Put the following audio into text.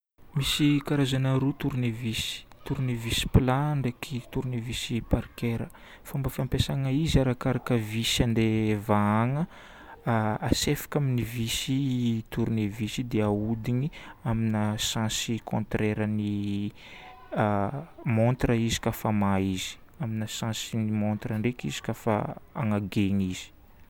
Misy karazagny aroa tournevis: tournevis plat ndraiky tournevis parker. Fomba fampiasana izy, arakaraka visy andeha vahagna. Asefoka amin'ny visy tournevis io dia ahodigna amin'ny sens contrairen'ny montre izy kafa hamaha izy. Amina sensn'ny montre ndraiky izy kafa hanadiny izy.